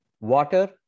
water